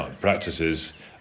practices